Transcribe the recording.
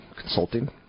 consulting